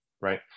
right